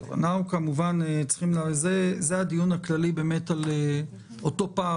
נתון המפתח מבחינתי הוא אם יש פער או אין פער.